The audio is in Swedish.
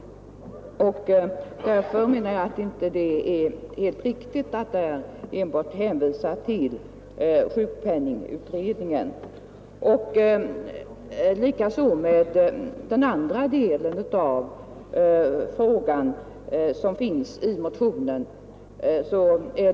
Därför menar jag att det inte är helt riktigt att enbart hänvisa till sjukpenningutredningen. Detsamma gäller den andra fråga som tagits upp i motionen.